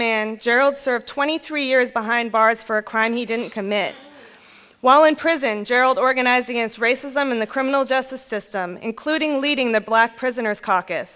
man gerald served twenty three years behind bars for a crime he didn't commit while in prison gerald organize against racism in the criminal justice system including leading the black prisoners